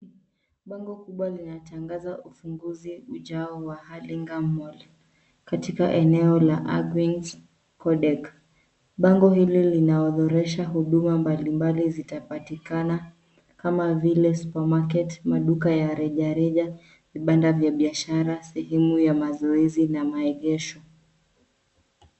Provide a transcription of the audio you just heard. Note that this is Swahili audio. Bango kubwa linatangaza ufunguzi ujao wa Hurlingham Mall , katika eneo la Argwings Kodhek . Bango hilo linaorodhesha huduma mbali mbali zitapatikana kama vile: supermarket , maduka ya reja reja, vibanda vya biashara, sehemu ya mazoezi na maegesho.